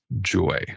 joy